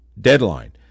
deadline